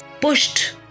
pushed